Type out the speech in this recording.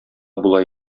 була